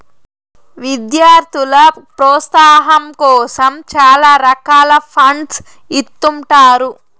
విద్యార్థుల ప్రోత్సాహాం కోసం చాలా రకాల ఫండ్స్ ఇత్తుంటారు